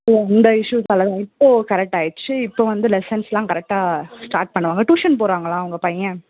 so இந்த இஸ்யூஸ்ஸால் தான் இப்போது கரெக்ட் ஆகிடுச்சி இப்போ வந்து லெசன்ஸுலாம் கரெக்டாக ஸ்டார்ட் பண்ணுவாங்க டியூசன் போகிறாங்களா உங்கள் பையன்